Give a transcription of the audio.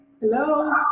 hello